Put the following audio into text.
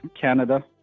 Canada